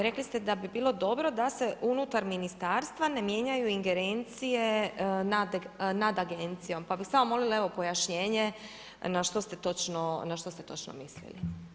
Rekli ste da bi bilo dobro da se unutar ministarstva ne mijenjaju ingerencije nad agencijom, pa bi samo molila pojašnjenje na što ste točno mislili.